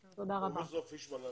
פרופ' פישמן,